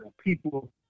people